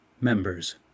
Members